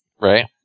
Right